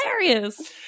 hilarious